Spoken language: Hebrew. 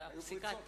היו פריצות.